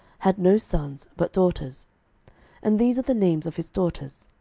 had no sons, but daughters and these are the names of his daughters,